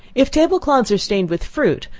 if table cloths are stained with fruit,